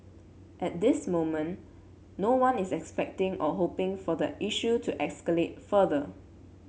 at this moment no one is expecting or hoping for the issue to escalate further